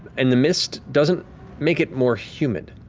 and the mist doesn't make it more humid.